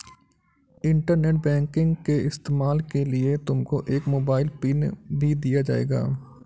internet banking के इस्तेमाल के लिए तुमको एक मोबाइल पिन भी दिया जाएगा